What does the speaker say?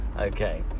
Okay